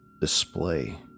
display